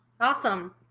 Awesome